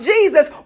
Jesus